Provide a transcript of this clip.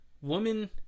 woman